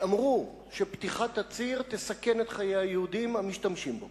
שאמרו שפתיחת הציר תסכן את חיי היהודים המשתמשים בו.